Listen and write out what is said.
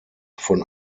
von